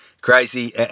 crazy